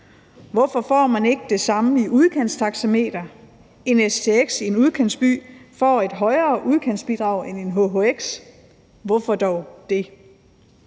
Hvorfor får man ikke det samme i udkantstaxameter? En stx i en udkantsby får et højere udkantsbidrag end en hhx – hvorfor dog det?